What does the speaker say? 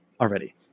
already